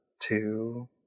two